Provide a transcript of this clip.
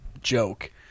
joke